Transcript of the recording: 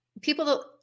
people